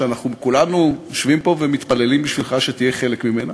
ואנחנו כולנו יושבים פה ומתפללים בשבילך שתהיה חלק ממנה,